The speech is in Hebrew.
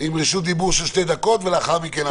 עם רשות דיבור של שתי דקות, ולאחר מכן אתה.